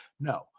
No